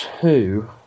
two